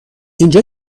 اینجا